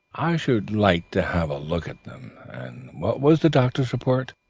i should like to have a look at them. and what was the doctor's report?